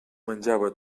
menjava